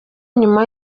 nyuma